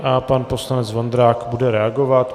A pan poslanec Vondrák bude reagovat.